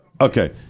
Okay